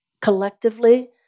collectively